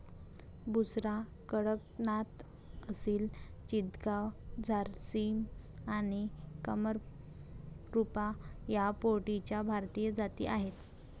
बुसरा, कडकनाथ, असिल चितगाव, झारसिम आणि कामरूपा या पोल्ट्रीच्या भारतीय जाती आहेत